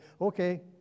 okay